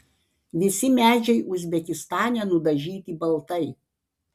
visi medžiai uzbekistane nudažyti baltai